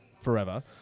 forever